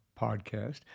Podcast